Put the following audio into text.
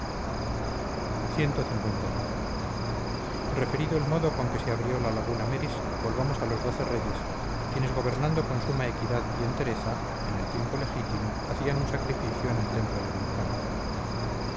disipando cli referido el modo con que se abrió la laguna meris volvamos a los doce reyes quienes gobernando con suma equidad y entereza en el tiempo legítimo hacían un sacrificio en el templo de vulcano